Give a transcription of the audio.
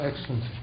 Excellent